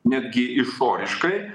netgi išoriškai